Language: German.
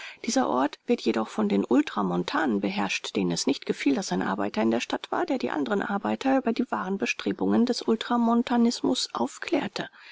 dieser ort wird jedoch von den ultramontanen beherrscht denen es nicht gefiel daß ein arbeiter in der stadt war der die anderen arbeiter über die wahren bestrebungen des ultramontanismus aufklärte